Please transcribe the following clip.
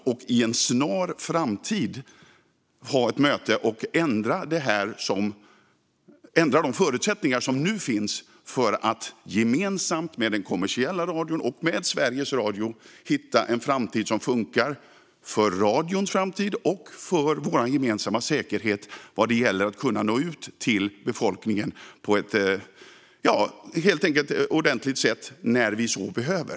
Vi bör inom en snar framtid ha ett möte och ändra de förutsättningar som nu råder för att gemensamt med den kommersiella radion och Sveriges Radio hitta en framtid som funkar för radion och för vår gemensamma säkerhet vad gäller att kunna nå ut till befolkningen på ett ordentligt sätt när vi så behöver.